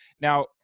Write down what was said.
Now